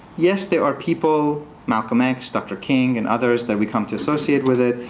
yes, there are people malcolm x, dr. king, and others that we come to associate with it.